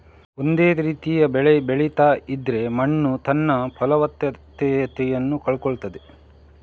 ಒಂದೇ ರೀತಿಯ ಬೆಳೆ ಬೆಳೀತಾ ಇದ್ರೆ ಮಣ್ಣು ತನ್ನ ಫಲವತ್ತತೆಯನ್ನ ಕಳ್ಕೊಳ್ತದೆ